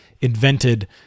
invented